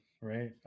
right